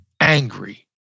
angry